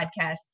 podcast